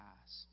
past